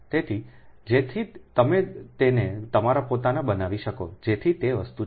તેથી જેથી તમે તેને તમારા પોતાના બનાવી શકો જેથી તે વસ્તુ છે